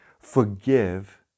Forgive